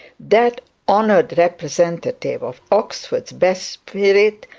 that honoured representative of oxford's best spirit,